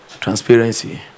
Transparency